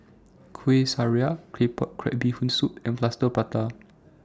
Kuih Syara Claypot Crab Bee Hoon Soup and Plaster Prata